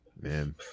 Man